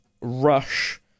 rush